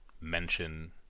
mention